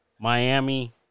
Miami